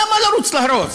למה לרוץ להרוס